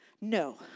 No